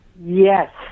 Yes